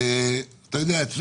אתה יודע, אצלנו,